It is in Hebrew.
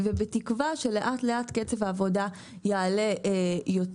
ובתקווה שלאט-לאט קצב העבודה יעלה יותר